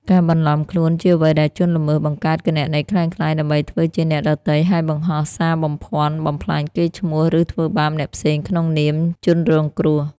ការបន្លំខ្លួន ជាអ្វីដែលជនល្មើសបង្កើតគណនីក្លែងក្លាយដើម្បីធ្វើជាអ្នកដទៃ ហើយបង្ហោះសារបំភាន់ បំផ្លាញកេរ្តិ៍ឈ្មោះ ឬធ្វើបាបអ្នកផ្សេងក្នុងនាមជនរងគ្រោះ។